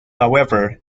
however